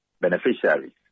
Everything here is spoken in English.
beneficiaries